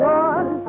one